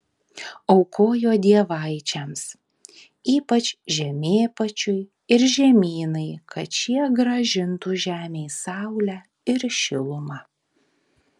aukojo dievaičiams ypač žemėpačiui ir žemynai kad šie grąžintų žemei saulę ir šilumą